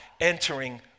entering